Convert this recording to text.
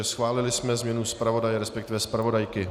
Schválili jsme změnu zpravodaje, respektive zpravodajky.